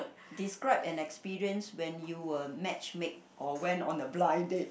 describe an experience when you were match made or went on a blind date